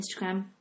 Instagram